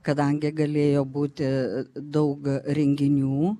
kadangi galėjo būti daug renginių